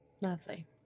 Lovely